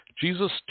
Jesus